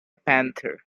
panther